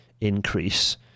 increase